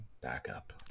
Backup